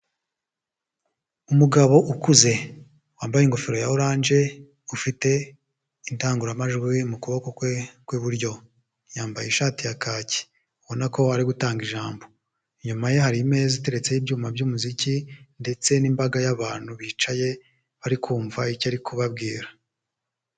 Umugabo ukuze wambaye ingofero ya oranje ufite indangururamajwi mu kuboko kwe kw'iburyo, yambaye ishati ya kaki, ubona ko ari gutanga ijambo, inyuma ye hari imeza iteretseho ibyuma by'umuziki ndetse n'imbaga y'abantu bicaye bari kumvamva icyo ari kubabwira.